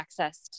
accessed